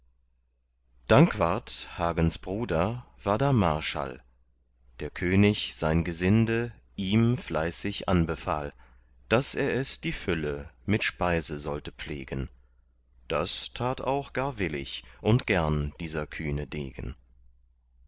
dankwart hagens bruder war da marschall der könig sein gesinde ihm fleißig anbefahl daß er es die fülle mit speise sollte pflegen das tat auch gar willig und gern dieser kühne degen